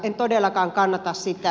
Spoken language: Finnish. en todellakaan kannata sitä